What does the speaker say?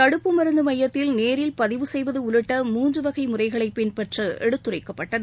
தடுப்பு மருந்து மையத்தில் நேரில் பதிவு செய்வது உள்ளிட்ட மூன்று வகை முறைகளை பின்பற்ற எடுத்துரைக்கப்பட்டது